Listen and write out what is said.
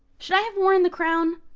should i have worn the crown?